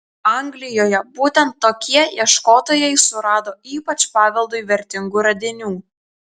anglijoje būtent tokie ieškotojai surado ypač paveldui vertingų radinių